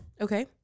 Okay